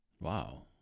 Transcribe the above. Wow